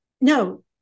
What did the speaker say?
No